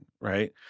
right